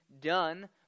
done